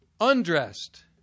undressed